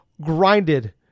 grinded